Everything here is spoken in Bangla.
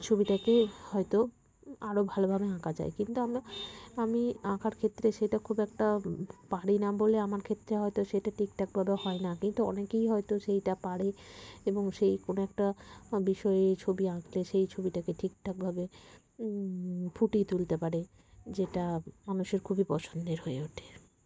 ছবিটাকে হয়তো আরও ভালোভাবে আঁকা যায় কিন্তু আমি আমি আঁকার ক্ষেত্রে সেটা খুব একটা পারি না বলে আমার ক্ষেত্রে হয়তো সেটা ঠিকঠাকভাবে হয় না কিন্তু অনেকেই হয়তো সেইটা পারে এবং সেই কোনো একটা বিষয়ে ছবি আঁকলে সেই ছবিটাকে ঠিকঠাকভাবে ফুটিয়ে তুলতে পারে যেটা মানুষের খুবই পছন্দের হয়ে ওঠে